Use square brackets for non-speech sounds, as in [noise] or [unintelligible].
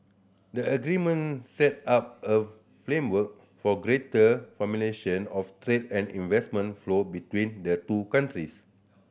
the agreement set up a framework for greater [unintelligible] of trade and investment flow between the two countries